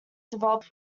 developed